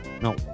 no